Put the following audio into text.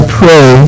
pray